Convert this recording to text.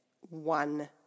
One